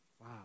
Wow